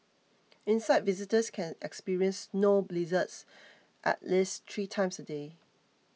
inside visitors can experience snow blizzards at least three times a day